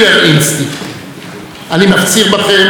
אל תקשיבו להם, אל תקשיבו להם.